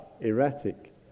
erratic